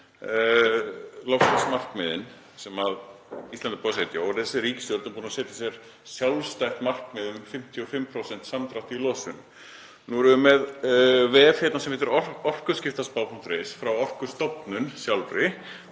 loftslagsmarkmiðin sem Ísland er búið að setja og að ríkisstjórnin sé búin að setja sér sjálfstætt markmið um 55% samdrátt í losun. Nú erum við með vef sem heitir orkuskiptaspá.is frá Orkustofnun sjálfri,